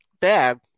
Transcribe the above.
bad